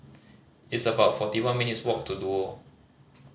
it's about forty one minutes' walk to Duo